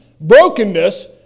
Brokenness